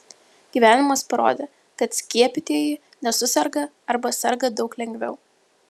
gyvenimas parodė kad skiepytieji nesuserga arba serga daug lengviau